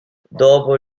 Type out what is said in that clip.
dopo